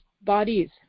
bodies